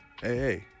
hey